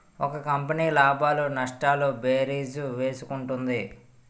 ఒక కంపెనీ లాభాలు నష్టాలు భేరీజు వేసుకుంటుంది